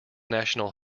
national